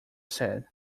said